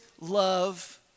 love